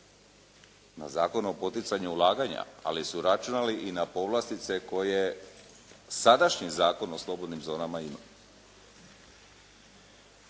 na Zakon o poticanju ulaganja, ali su računali i na povlastice koje sadašnji Zakon o slobodnim zonama ima.